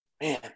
Man